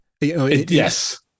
Yes